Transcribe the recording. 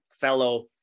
fellow